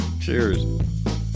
Cheers